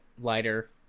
lighter